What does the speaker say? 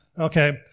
Okay